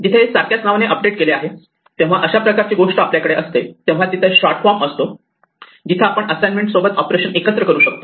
जिथे सारख्याच नावाने अपडेट केले आहे जेव्हा अशा प्रकारची गोष्ट आपल्याकडे असते तेव्हा तिथे शॉर्ट फॉर्म असतो जिथे आपण असाइनमेंट सोबत ऑपरेशन एकत्र करू शकतो